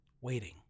waiting